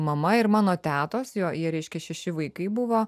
mama ir mano tetos jo jie reiškia šeši vaikai buvo